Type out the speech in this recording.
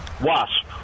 wasp